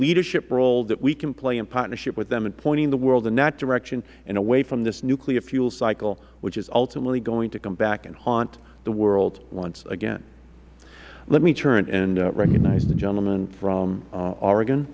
leadership role that we can play in partnership with them in pointing the world in that direction and away from this nuclear fuel cycle which is ultimately going to come back and haunt the world once again let me turn and recognize the gentleman from oregon